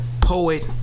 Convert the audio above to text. poet